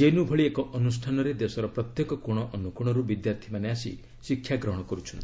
JNU ଭଳି ଏକ ଅନୁଷ୍ଠାନରେ ଦେଶର ପ୍ରତ୍ୟେକ କୋଣ ଅନୁକୋଣରୁ ବିଦ୍ୟାର୍ଥୀମାନେ ଆସି ଶିକ୍ଷା ଗ୍ରହଣ କର୍ଛନ୍ତି